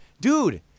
dude